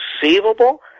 conceivable